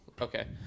okay